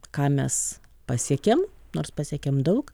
ką mes pasiekėm nors pasiekėm daug